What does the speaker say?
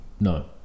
no